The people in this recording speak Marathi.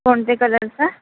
कोणत्या कलरचं